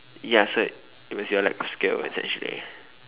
ya so it was your lack of skill essentially